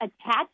attach